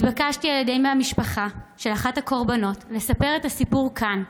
התבקשתי על ידי המשפחה של אחת הקורבנות לספר את הסיפור כאן,